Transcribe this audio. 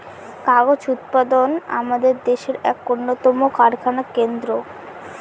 কাগজ উৎপাদনা আমাদের দেশের এক উন্নতম কারখানা কেন্দ্র